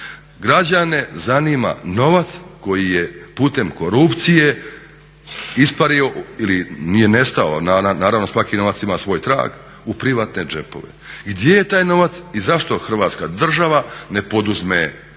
Građane zanima novac koji je putem korupcije ispario ili nije nestao, naravno svaki novac ima svoj trag u privatne džepove, gdje je taj novac i zašto Hrvatska država ne poduzme ili